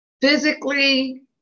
physically